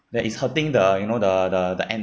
that is hurting the you know the the the end